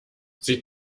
sie